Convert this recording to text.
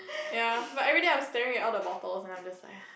ya but everyday I was staring at all the bottles and I'm just like ah